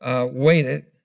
waited